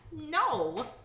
No